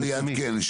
יד ביד, כן.